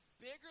bigger